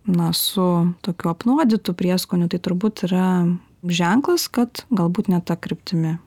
na su tokiu apnuodytu prieskoniu tai turbūt yra ženklas kad galbūt ne ta kryptimi